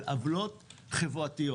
על עוולות חברתיות